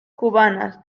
cubanas